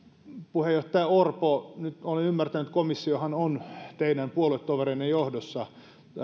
puheenjohtaja orpo nyt kun olen ymmärtänyt että komissiossahan on teidän puoluetoverinne johdossa